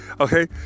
okay